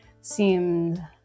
seemed